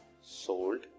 sold